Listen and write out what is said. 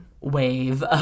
wave